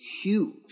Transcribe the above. huge